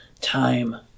time